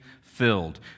filled